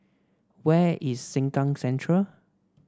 where is Sengkang Central